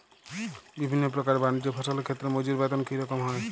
বিভিন্ন প্রকার বানিজ্য ফসলের ক্ষেত্রে মজুর বেতন কী রকম হয়?